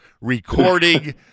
recording